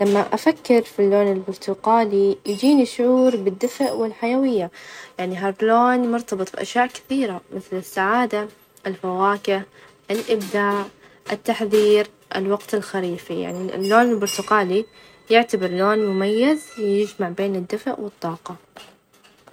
لما أفكر في اللون البرتقالي يجيني شعور بالدفء، والحيوية يعني هاد لون مرتبط بأشياء كثيرة مثل: السعادة، الفواكه، الإبداع، التحذير، الوقت الخريفي، يعني اللون البرتقالي يعتبر لون مميز يجمع بين الدفء، والطاقة.